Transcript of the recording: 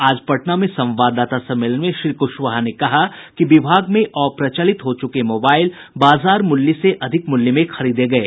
आज पटना में संवाददाता सम्मेलन में श्री कुशवाहा ने कहा कि विभाग में अप्रचलित हो चुके मोबाईल बाजार मूल्य से अधिक मूल्य में खरीदे गये